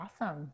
Awesome